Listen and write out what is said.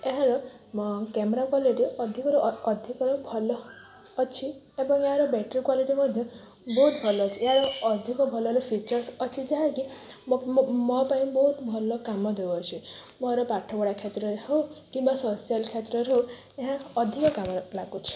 ଏହାର camera quality ଅଧିକରୁ ଅଧିକରୁ ଭଲ ଅଛି ଏବଂ ଏହାର ବ୍ୟାଟେରୀ କ୍ୱାଲିଟି ମଧ୍ୟ ବହୁତ ଭଲ ଅଛି ଏହାର ଅଧିକ ଭଲ ଭଲ ଫିଚର୍ସ ଅଛି ଯାହାକି ମୋ ପାଇଁ ବହୁତ ଭଲ କାମ ଦେଉଅଛି ମୋର ପାଠପଢ଼ା କ୍ଷେତ୍ରରେ ହଉ କିମ୍ବା ସୋସିଆଲ୍ କ୍ଷେତ୍ରରେ ହଉ ଏହା ଅଧିକ କାମରେ ଲାଗୁଛି